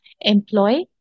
employ